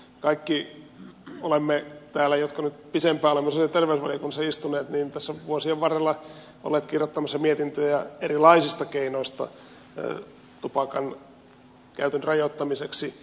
kaikki jotka nyt pidempään olemme sosiaali ja terveysvaliokunnassa istuneet olemme täällä vuosien varrella olleet kirjoittamassa mietintöjä erilaisista keinoista tupakan käytön rajoittamiseksi